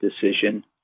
decision